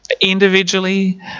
individually